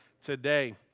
today